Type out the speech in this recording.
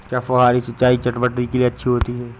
क्या फुहारी सिंचाई चटवटरी के लिए अच्छी होती है?